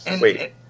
Wait